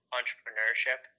entrepreneurship